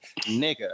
Nigga